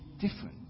different